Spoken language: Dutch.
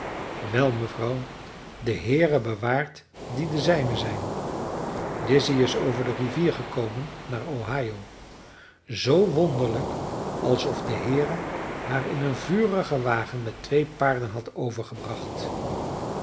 wel mevrouw de heere bewaart die de zijnen zijn lizzy is over de rivier gekomen naar ohio zoo wonderlijk alsof de heere haar in een vurigen wagen met twee paarden had overgebracht